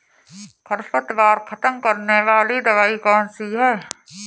खरपतवार खत्म करने वाली दवाई कौन सी है?